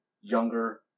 younger